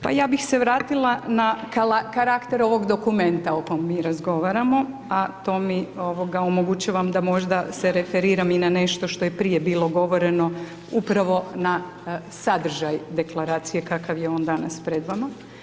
Pa ja bih se vratila na karakter ovog dokumenta o kojem mi razgovaramo a to mi omogućava da možda se referiram i na nešto što je prije bilo govoreno upravo na sadržaj Deklaracije kakav je on danas pred vama.